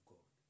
God